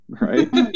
right